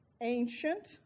ancient